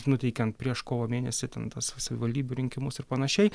nuteikiant prieš kovo mėnesį ten tas savivaldybių rinkimus ir panašiai